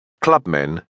Clubmen